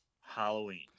Halloween